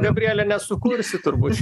gabriele nesukursi turbūt